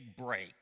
break